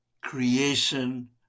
creation